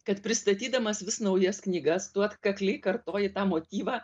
kad pristatydamas vis naujas knygas tu atkakliai kartoji tą motyvą